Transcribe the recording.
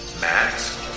Max